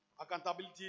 accountability